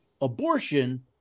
abortion